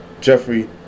Jeffrey